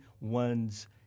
one's